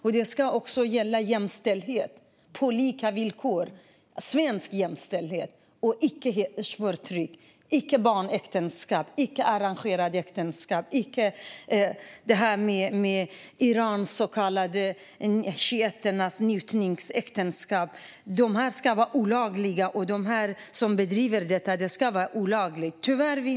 Det här ska även gälla jämställdhet på lika villkor. Det ska vara svensk jämställdhet. Där får inte förekomma hedersförtryck, barnäktenskap, arrangerade äktenskap eller shiiternas så kallade njutningsäktenskap från Iran. Allt detta ska vara olagligt att bedriva.